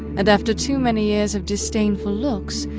and after too many years of disdainful looks,